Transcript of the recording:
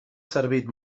servit